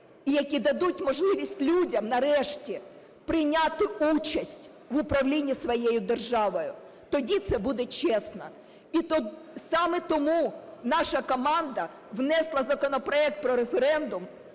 і які дадуть можливість людям, нарешті, прийняти участь в управлінні своєю державою. Тоді це буде чесно. І саме тому наша команда внесла законопроект про референдум,